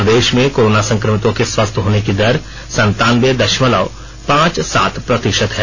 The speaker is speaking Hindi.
प्रदेश में कोरोना संक़मितों के स्वस्थ होने की दर संतानबे दशमलव पांच सात प्रतिशत है